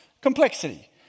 complexity